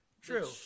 true